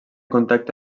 contacte